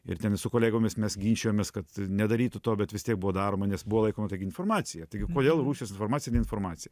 ir ten mes su kolegomis mes ginčijomės kad nedarytų to bet vis tiek buvo daroma nes buvo laikoma informacija taigi kodėl rusijos informacija ne informacija